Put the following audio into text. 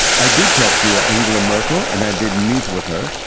i did talk to ah angela merkel and i did meet with her.